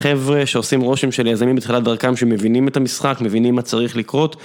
חבר'ה שעושים רושם, של יזמים בתחילת דרכם, שמבינים את המשחק, מבינים מה צריך לקרות.